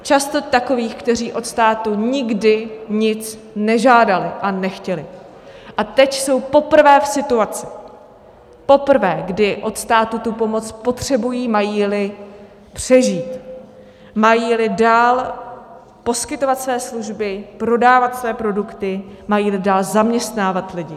Často takových, kteří od státu nikdy nic nežádali a nechtěli a teď jsou poprvé v situaci, poprvé, kdy od státu tu pomoc potřebují, majíli přežít, majíli dál poskytovat své služby, prodávat své produkty, majíli dál zaměstnávat lidi.